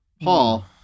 Paul